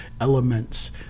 elements